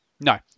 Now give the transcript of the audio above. No